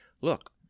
look